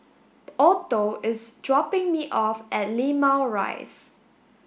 Otho is dropping me off at Limau Rise